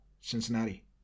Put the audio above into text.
Cincinnati